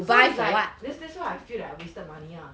so is like that's that's why I feel like I wasted money lah